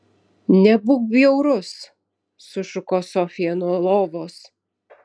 nebūk bjaurus sušuko sofija nuo lovos